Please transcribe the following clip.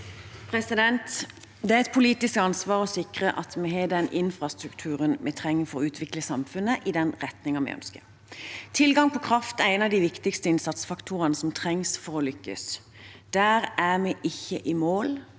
Det er et po- litisk ansvar å sikre at vi har den infrastrukturen vi trenger for å utvikle samfunnet i den retningen vi ønsker. Tilgang på kraft er en av de viktigste innsatsfaktorene som trengs for å lykkes. Der er vi ikke i mål,